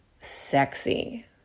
sexy